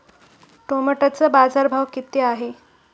टोमॅटोचा बाजारभाव किती आहे?